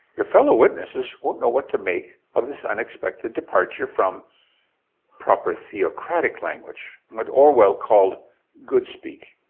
your fellow witnesses won't know what to make of this unexpected departure from proper theocratic language what orwell called good speak.